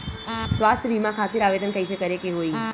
स्वास्थ्य बीमा खातिर आवेदन कइसे करे के होई?